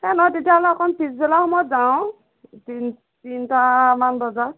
এই নহয় তেতিয়াহ'লে অকণ পিছবেলা সময়ত যাওঁ তিনি তিনিটামান বজাত